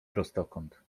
prostokąt